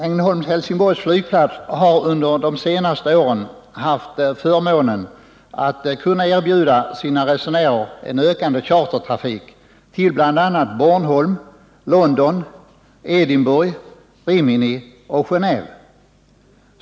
Ängelholm-Helsingborgs flygplats har under de senaste åren haft förmånen att kunna erbjuda sina resennärer en ökande chartertrafik till bl.a. Bornholm, London, Edinburgh, Rimini och Genéve.